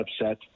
upset